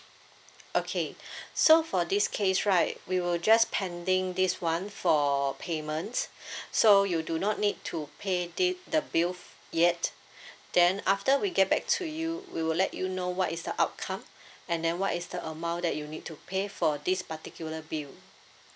okay so for this case right we will just pending this one for payments so you do not need to pay da~ the bill yet then after we get back to you we will let you know what is the outcome and then what is the amount that you need to pay for this particular bill